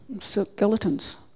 skeletons